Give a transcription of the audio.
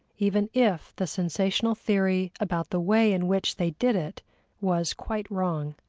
even if the sensational theory about the way in which they did it was quite wrong.